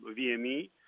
VME